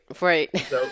right